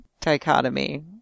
dichotomy